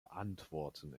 antworten